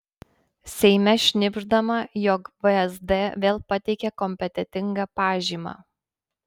seime šnibždama jog vsd vėl pateikė kompetentingą pažymą